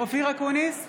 אופיר אקוניס,